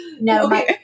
no